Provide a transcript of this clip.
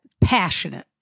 passionate